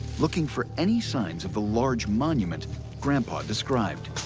looking for any signs of the large monument grandpa described.